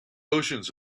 oceans